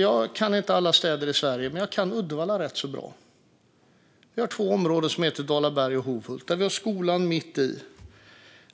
Jag kan inte alla städer i Sverige, men jag kan Uddevalla rätt så bra. Vi har två områden som heter Dalaberg och Hovhult, där vi har skolan mitt i.